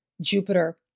Jupiter